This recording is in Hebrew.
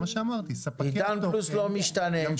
עידן פלוס לא משתנה.